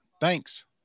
Thanks